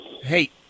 Hey